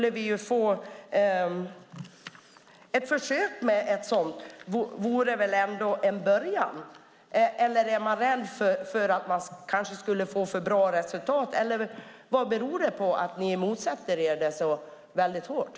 Ett sådant försök vore trots allt en början. Eller är man rädd för att kanske få för bra resultat, eller vad beror det på att ni så hårt motsätter er detta?